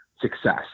Success